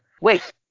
Wait